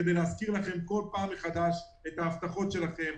כדי להזכיר לכם בכל פעם מחדש את ההבטחות שלכם,